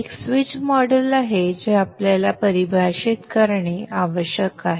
एक switch model आहे जे आपल्याला परिभाषित करणे आवश्यक आहे